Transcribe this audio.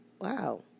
wow